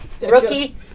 rookie